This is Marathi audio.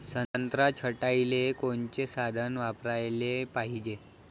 संत्रा छटाईले कोनचे साधन वापराले पाहिजे?